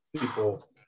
people